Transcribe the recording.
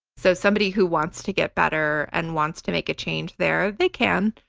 so somebody who wants to get better and wants to make a change there, they can,